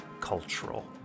cultural